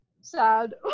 sad